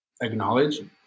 acknowledge